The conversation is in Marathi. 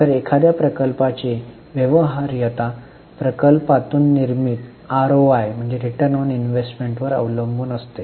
तर एखाद्या प्रकल्पाची व्यवहार्यता प्रकल्पातून निर्मीत आरओआय वर अवलंबून असते